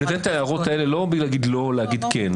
אני נותן את ההערות האלה לא בשביל להגיד לא או בשביל להגיד כן,